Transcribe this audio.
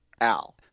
al